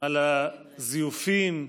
על הזיופים,